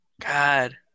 god